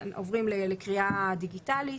עוברים לקריאה דיגיטלית.